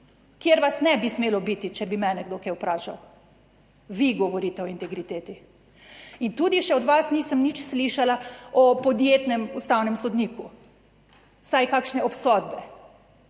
kjer vas ne bi smelo biti, če bi mene kdo kaj vprašal. Vi govorite o integriteti. In tudi še od vas nisem nič slišala o podjetnem ustavnem sodniku, vsaj kakšne obsodbe.